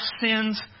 sins